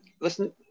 Listen